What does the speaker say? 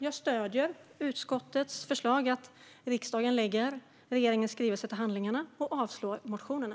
Jag stöder utskottets förslag att riksdagen ska lägga regeringens skrivelse till handlingarna och avslå motionerna.